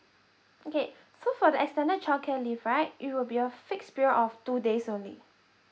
okay so for the external childcare leave right it will be a fixed period of two days only